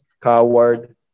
coward